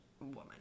woman